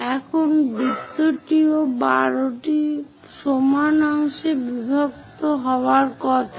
এখন বৃত্তটিও 12টি সমান অংশে বিভক্ত হওয়ার কথা